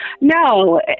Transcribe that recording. No